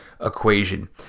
equation